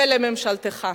ולממשלתך.